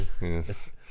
Yes